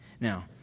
Now